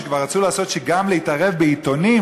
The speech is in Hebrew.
שכבר רצו לעשות שגם יתערבו בעיתונים,